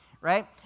right